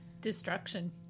Destruction